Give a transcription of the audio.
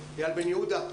יהודה.